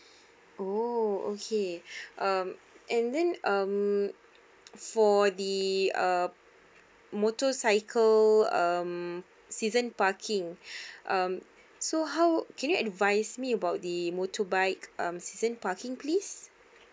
oh okay um and then um for the uh motorcycle um season parking um so how can you advise me about the motorbike um season parking please